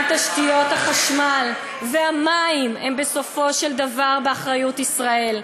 גם תשתיות החשמל והמים הן בסופו של דבר באחריות ישראל.